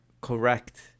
correct